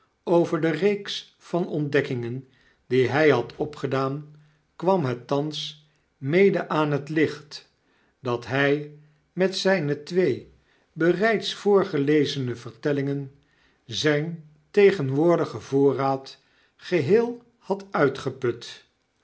over de reeks van ontdekkingen die hy had opgedaan kwam het thans mede aan t licht dat hy met zyne twee bereids voorgelezene vertellingen zyn tegenwoordigen voorraad geheel had uitgeput